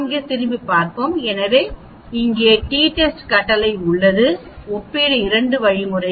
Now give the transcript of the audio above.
அங்கு திரும்பிச் செல்வோம் எனவே இங்கே t test கட்டளை உள்ளது ஒப்பிடு 2 வழிமுறைகள்